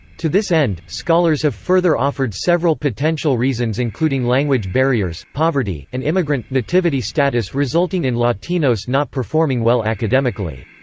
to this end, scholars have further offered several potential reasons including language barriers, poverty, and immigrant nativity status resulting in latinos not performing well academically.